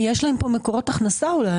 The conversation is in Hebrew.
כי יש להם מקורות הכנסה אולי.